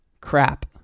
crap